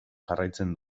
jarraitzen